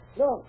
no